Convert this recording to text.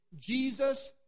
Jesus